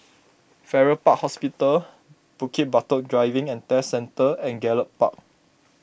Farrer Park Hospital Bukit Batok Driving and Test Centre and Gallop Park